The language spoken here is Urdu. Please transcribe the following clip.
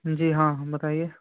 جی ہاں بتائیے